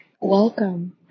welcome